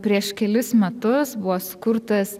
prieš kelis metus buvo sukurtas